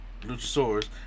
Luchasaurus